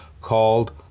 called